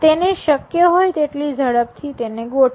તેને શક્ય હોય તેટલી ઝડપથી તેને ગોઠવો